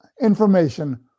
information